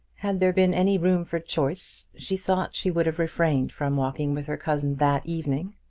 had there been any room for choice, she thought she would have refrained from walking with her cousin that evening.